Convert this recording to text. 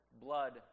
blood